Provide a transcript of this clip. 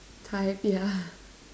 type yeah